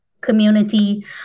community